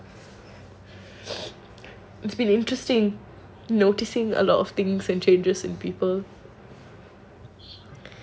it's been interesting noticing a lot of things and changes in people